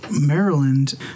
Maryland